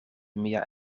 mia